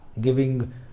giving